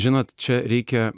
žinot čia reikia